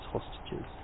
hostages